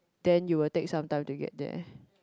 then you will take some time to get there